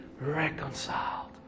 reconciled